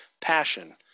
passion